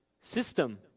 system